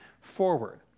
forward